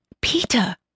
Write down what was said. Peter